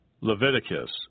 Leviticus